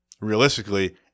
realistically